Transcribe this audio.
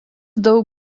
daug